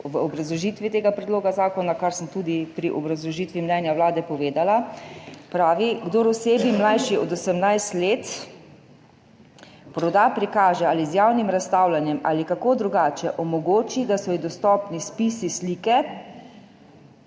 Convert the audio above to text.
v obrazložitvi tega predloga zakona, kar sem tudi pri obrazložitvi mnenja Vlade povedala, pravijo: »Kdor osebi, mlajši od 18 let, proda, prikaže ali z javnim razstavljanjem ali kako drugače omogoči, da so ji dostopni spisi, slike,